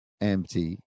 empty